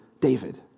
David